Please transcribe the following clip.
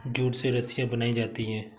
jute से रस्सियां बनायीं जाती है